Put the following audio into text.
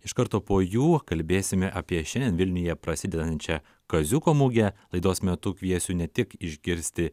iš karto po jų kalbėsime apie šiandien vilniuje prasidedančią kaziuko mugę laidos metu kviesiu ne tik išgirsti